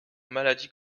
maladie